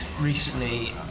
recently